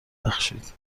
بخشید